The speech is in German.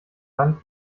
band